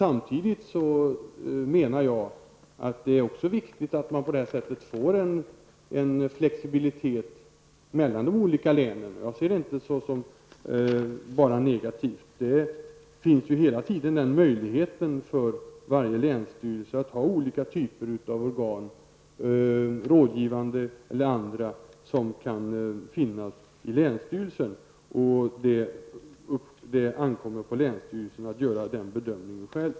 Samtidigt menar jag att det också är viktigt att man på det här sättet får en flexibilitet mellan de olika länen. Jag ser inte det som bara negativt. Det finns hela tiden möjlighet för varje länsstyrelse att ha olika typer av organ, rådgivande eller andra, som skall ingår i länsstyrelsen. Det ankommer på länsstyrelsen själv att göra den bedömningen.